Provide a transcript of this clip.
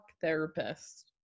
therapist